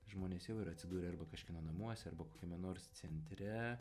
žmonės jau yra atsidūrę arba kažkieno namuose arba kokiame nors centre